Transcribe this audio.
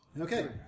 Okay